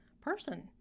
person